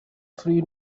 free